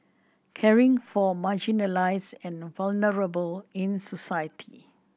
caring for marginalised and vulnerable in society